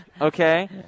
Okay